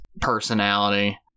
personality